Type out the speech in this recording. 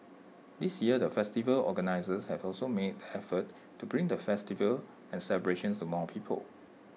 this year the festival organisers have also made effort to bring the festival and celebrations to more people